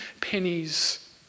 pennies